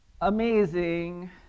amazing